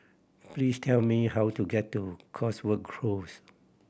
please tell me how to get to Cotswold Close